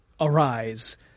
arise